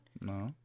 No